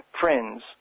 friends